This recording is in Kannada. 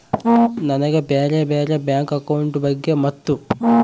ನನಗೆ ಬ್ಯಾರೆ ಬ್ಯಾರೆ ಬ್ಯಾಂಕ್ ಅಕೌಂಟ್ ಬಗ್ಗೆ ಮತ್ತು?